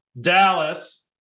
Dallas